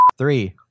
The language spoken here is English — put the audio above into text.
Three